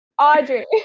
Audrey